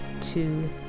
two